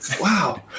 Wow